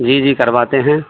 جی جی کرواتے ہیں